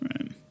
Right